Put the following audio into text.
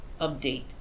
update